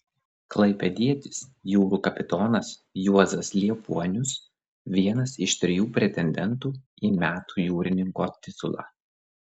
klaipėdietis jūrų kapitonas juozas liepuonius vienas iš trijų pretendentų į metų jūrininko titulą